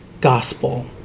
gospel